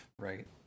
Right